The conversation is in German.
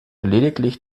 lediglich